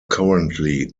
currently